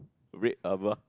red